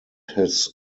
his